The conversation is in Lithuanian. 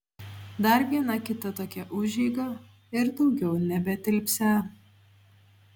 dar viena kita tokia užeiga ir daugiau nebetilpsią